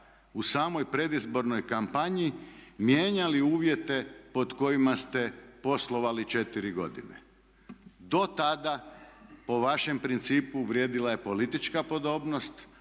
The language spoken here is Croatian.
u samoj predizbornoj kampanji mijenjali uvjete pod kojima ste poslovali 4 godine. Do tada po vašem principu vrijedila je politička podobnost